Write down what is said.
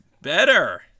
better